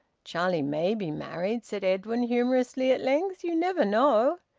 charlie may be married, said edwin humorously, at length. you never know!